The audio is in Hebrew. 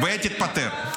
ותתפטר.